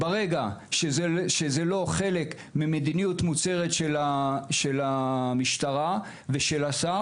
הנושא הזה הוא לא חלק ממדיניות מוצהרת של השר ושל המשטרה.